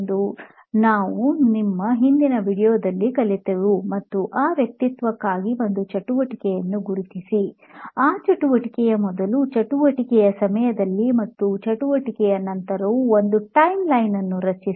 ಎಂದು ನಾವು ನಮ್ಮ ಹಿಂದಿನ ವೀಡಿಯೊದಲ್ಲಿ ಕಲಿತೆವು ಮತ್ತು ಆ ವ್ಯಕ್ತಿತ್ವಕ್ಕಾಗಿ ಒಂದು ಚಟುವಟಿಕೆಯನ್ನು ಗುರುತಿಸಿ ಆ ಚಟುವಟಿಕೆಯ ಮೊದಲು ಚಟುವಟಿಕೆಯ ಸಮಯದಲ್ಲಿ ಮತ್ತು ಚಟುವಟಿಕೆಯ ನಂತರವೂ ಒಂದು ಟೈಮ್ಲೈನ್ ರಚಿಸಿ